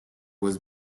was